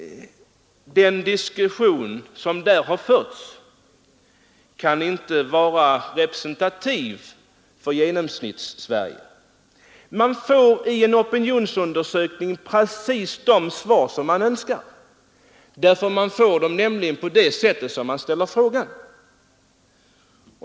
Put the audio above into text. Den diskussion som där förts kan inte vara representativ för Genomsnittssverige. Man får i en opinionsundersökning precis de svar man Önskar — det kommer an på hur man ställer frågorna.